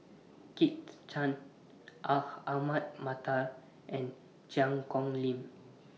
Kit Chan Aha Ahmad Mattar and Cheang Kong Lim